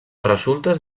resultes